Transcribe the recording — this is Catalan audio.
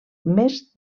més